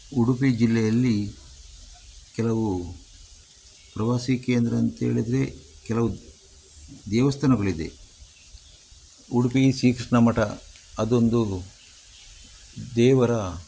ಉಡುಪಿ ಜಿಲ್ಲೆಯಲ್ಲಿ ಕೆಲವು ಪ್ರವಾಸಿ ಕೇಂದ್ರ ಅಂತೇಳಿದರೆ ಕೆಲವು ದೇವಸ್ಥಾನಗಳಿದೆ ಉಡುಪಿ ಶ್ರೀಕೃಷ್ಣ ಮಠ ಅಂದೊಂದು ದೇವರ